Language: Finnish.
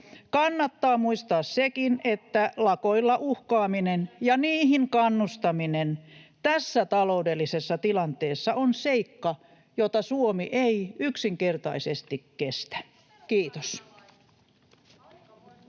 Kannattaa muistaa sekin, että lakoilla uhkaaminen ja niihin kannustaminen tässä taloudellisessa tilanteessa on seikka, jota Suomi ei yksinkertaisesti kestä. — Kiitos.